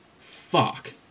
fuck